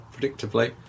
predictably